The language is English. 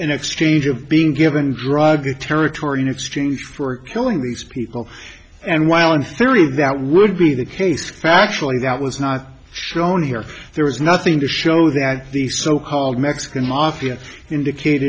an exchange of being given drug territory in exchange for killing these people and while unfairly that would be the case factually that was not shown here there was nothing to show that the so called mexican mafia indicate